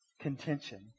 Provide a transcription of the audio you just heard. contention